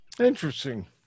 Interesting